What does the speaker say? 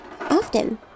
Often